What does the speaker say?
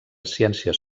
ciències